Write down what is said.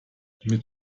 mit